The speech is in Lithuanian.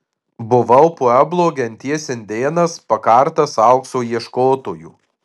buvau pueblo genties indėnas pakartas aukso ieškotojų